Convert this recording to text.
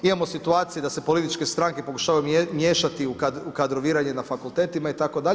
Imamo situacije da se političke stanke, pokušavaju miješati u kadroviranje na fakultetima itd.